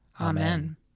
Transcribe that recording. Amen